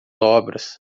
obras